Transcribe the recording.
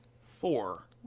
Four